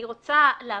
אני רוצה להבהיר